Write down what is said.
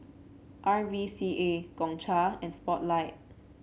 R V C A Gongcha and Spotlight